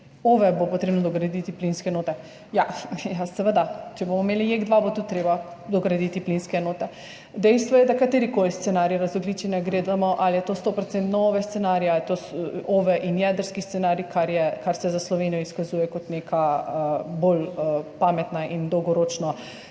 OVE, bo potrebno dograditi plinske enote. Ja, seveda, če bomo imeli JEK 2, bo tudi treba dograditi plinske enote. Dejstvo je, da katerikoli scenarij razogljičenja gledamo, ali je to stoprocentno OVE scenarij ali je to OVE in jedrski scenarij, kar se za Slovenijo izkazuje kot neka bolj pametna in dolgoročno